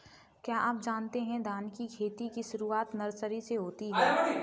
क्या आप जानते है धान की खेती की शुरुआत नर्सरी से होती है?